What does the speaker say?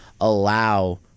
allow